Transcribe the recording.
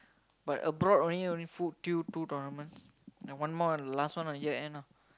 but abroad only only food till two tournaments and one more and last one on year end nah